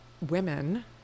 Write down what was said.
women